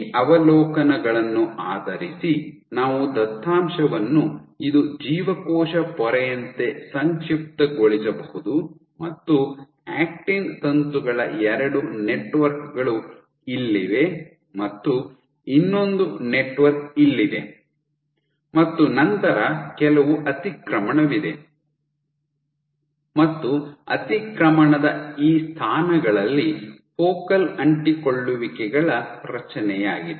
ಈ ಅವಲೋಕನಗಳನ್ನು ಆಧರಿಸಿ ನಾವು ದತ್ತಾಂಶವನ್ನು ಇದು ಜೀವಕೋಶ ಪೊರೆಯಂತೆ ಸಂಕ್ಷಿಪ್ತಗೊಳಿಸಬಹುದು ಮತ್ತು ಆಕ್ಟಿನ್ ತಂತುಗಳ ಎರಡು ನೆಟ್ವರ್ಕ್ ಗಳು ಇಲ್ಲಿವೆ ಮತ್ತು ಇನ್ನೊಂದು ನೆಟ್ವರ್ಕ್ ಇಲ್ಲಿದೆ ಮತ್ತು ನಂತರ ಕೆಲವು ಅತಿಕ್ರಮಣವಿದೆ ಮತ್ತು ಅತಿಕ್ರಮಣದ ಈ ಸ್ಥಾನಗಳಲ್ಲಿ ಫೋಕಲ್ ಅಂಟಿಕೊಳ್ಳುವಿಕೆಗಳ ರಚನೆಯಾಗಿದೆ